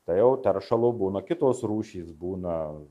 tai jau teršalo būna kitos rūšys būna